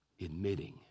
admitting